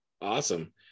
awesome